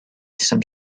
some